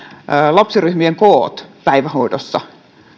lapsiryhmien kokoja päivähoidossa